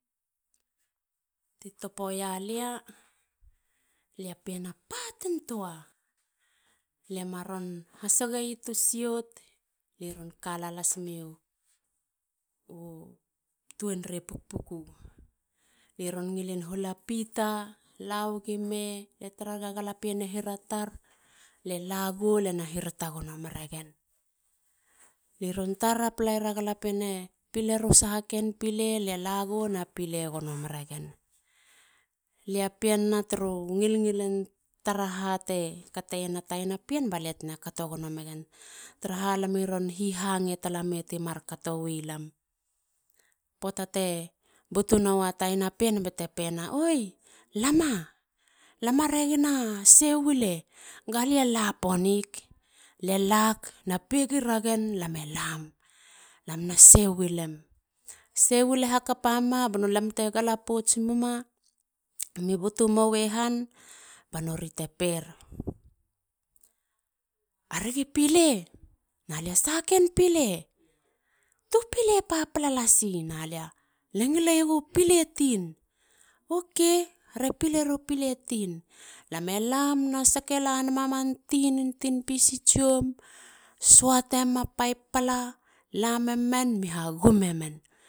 Ti topo ya lia. lia pien a patin tua. lie maron hasogeyi tu siot. li kala las meyu tuenrei pukpuku. li ron ngilin hula pita. lawegi me. tara rega galapien e hiratar. lie lago. lie na hirata gono meragen. li ron taratara palaira galapien e pile ru sahaken pile. lie lago lie na pile gono mera gen. lia pien na turu ngilngilin tara hate kayena tayina pien balte tena kato gono megen. taraha. lami ron hi hange talamei ti mar katowi lam. puat te butunoa tana pien. bate pena. oi lama. lama ragi sei wule. galie la ponik. lie lak na pegi ragen. lame lam. lamna sei wilem. sei wile hakapa mumab ba lam te gala pouts muma. mi butu mowe han. ba nori te per. aragi pile? Nalia. le ngileiegu pile tin. Ok. re pilera u pile tin. lame lam. na sake lanema man tinin tinfish tsion. suate muma paipla. lamemen. mi hagum emen.